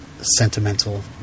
sentimental